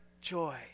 joy